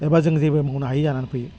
एबा जों जेबो बुंनो हायै जानानै फैयो